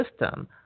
system